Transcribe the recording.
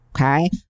okay